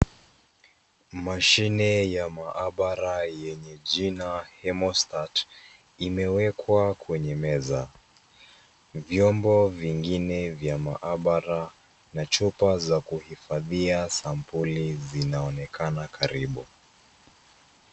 Mashine ya maabara yenye jina Humastar imewekwa kwenye meza. Vyombo vingine vya maabara na chumba za kuhifadhia sampuli zinaonekana karibu.